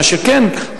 מה שכן,